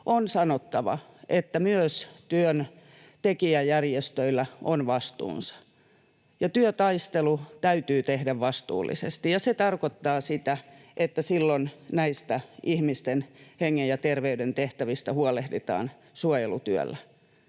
on sanottava, että myös työntekijäjärjestöillä on vastuunsa ja työtaistelu täytyy tehdä vastuullisesti. Se tarkoittaa sitä, että silloin näistä ihmisten hengen ja terveyden tehtävistä huolehditaan suojelutyöllä.